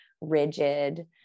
rigid